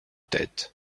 têtes